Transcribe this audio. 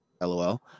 lol